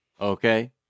Okay